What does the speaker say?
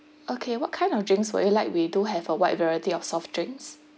okay what kind of drinks would you like we do have a wide variety of soft drinks